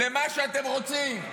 למה שאתם רוצים,